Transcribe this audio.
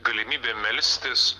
galimybė melstis